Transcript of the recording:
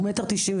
הוא 1.92,